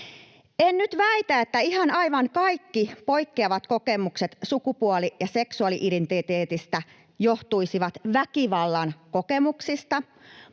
En nyt väitä, että ihan aivan kaikki poikkeavat kokemukset sukupuoli- ja seksuaali-identiteetistä johtuisivat väkivallan kokemuksista,